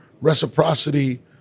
reciprocity